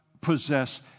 possess